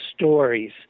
stories